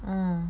嗯